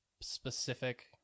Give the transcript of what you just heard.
specific